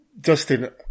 justin